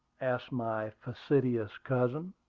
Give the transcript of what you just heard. asked my facetious cousin.